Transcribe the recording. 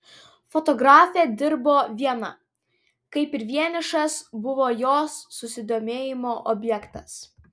fotografė dirbo viena kaip ir vienišas buvo jos susidomėjimo objektas